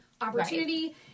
opportunity